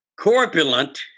corpulent